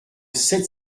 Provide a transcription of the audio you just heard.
sept